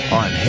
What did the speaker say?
on